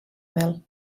mel